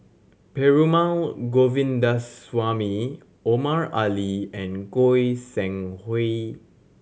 Perumal Govindaswamy Omar Ali and Goi Seng Hui